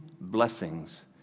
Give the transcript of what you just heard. blessings